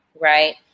right